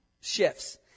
shifts